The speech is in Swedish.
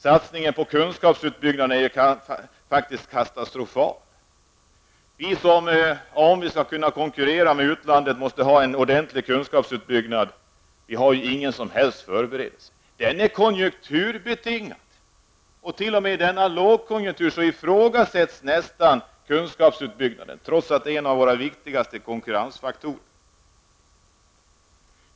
Satsningen på kunskapsuppbyggnad är faktiskt katastrofal. Om vi skall kunna konkurrera med utlandet måste vi ha en ordentlig kunskapsuppbyggnad. Vi har ingen som helst förberedelse. Den är konjunkturbetingad. I t.o.m. denna lågkonjunktur ifrågasätts nästan kunskapsuppbyggnaden, trots att den är en våra viktigaste konkurrensfaktorer.